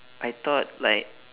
I thought like